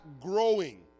growing